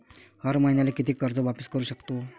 हर मईन्याले कितीक कर्ज वापिस करू सकतो?